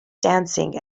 dancing